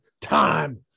time